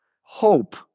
hope